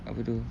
apa tu